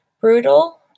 brutal